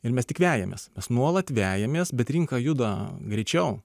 ir mes tik vejamės mes nuolat vejamės bet rinka juda greičiau